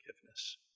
forgiveness